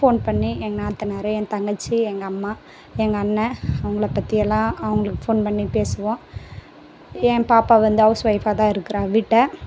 phone பண்ணி எங்கள் நாத்தனார் என் தங்கச்சி எங்கள் அம்மா எங்கள் அண்ணன் அவங்கள பற்றி எல்லாம் அவங்களுக்கு ஃபோன் பண்ணி பேசுவோம் என் பாப்பா வந்து ஹௌஸ் ஒய்ஃபாக தான் இருக்கிறா வீட்டை